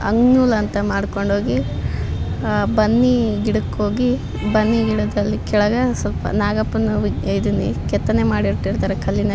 ಅಂಗ್ನೂಲು ಅಂತ ಮಾಡಿಕೊಂಡೋಗಿ ಬನ್ನಿ ಗಿಡಕ್ಕೆ ಹೋಗಿ ಬನ್ನಿ ಗಿಡದಲ್ಲಿ ಕೆಳ್ಗೆ ಸ್ವಲ್ಪ ನಾಗಪ್ಪನ್ನ ಕೆತ್ತನೆ ಮಾಡಿಟ್ಟಿರ್ತಾರೆ ಕಲ್ಲಿನಲ್ಲಿ